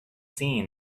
seen